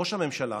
ראש הממשלה